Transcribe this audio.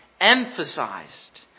emphasized